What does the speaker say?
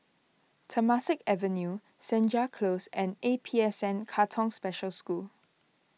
Temasek Avenue Senja Close and A P S N Katong Special School